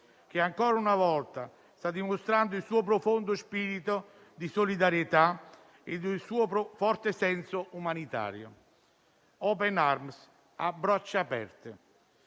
che ancora una volta sta dimostrando il suo profondo spirito di solidarietà ed il suo forte senso umanitario *Open Arms*: a braccia aperte.